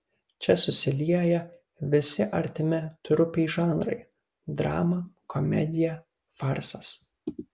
čia susilieja visi artimi trupei žanrai drama komedija farsas